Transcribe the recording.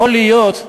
יכול להיות,